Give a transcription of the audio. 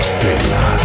Stella